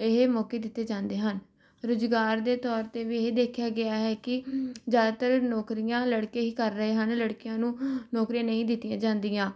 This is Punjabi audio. ਇਹ ਮੌਕੇ ਦਿੱਤੇ ਜਾਂਦੇ ਹਨ ਰੁਜ਼ਗਾਰ ਦੇ ਤੌਰ 'ਤੇ ਵੀ ਇਹ ਦੇਖਿਆ ਗਿਆ ਹੈ ਕਿ ਜ਼ਿਆਦਾਤਰ ਨੌਕਰੀਆਂ ਲੜਕੇ ਹੀ ਕਰ ਰਹੇ ਹਨ ਲੜਕੀਆਂ ਨੂੰ ਨੌਕਰੀਆਂ ਨਹੀਂ ਦਿੱਤੀਆਂ ਜਾਂਦੀਆਂ